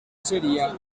sería